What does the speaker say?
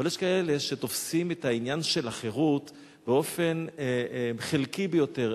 אבל יש כאלה שתופסים את העניין של החירות באופן חלקי ביותר.